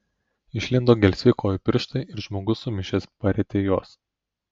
išlindo gelsvi kojų pirštai ir žmogus sumišęs parietė juos